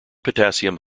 potassium